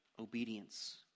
obedience